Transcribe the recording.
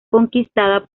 conquistada